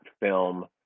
film